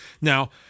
Now